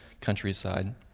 countryside